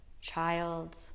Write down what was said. child